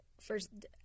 first